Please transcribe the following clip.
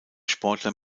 sportler